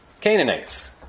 Canaanites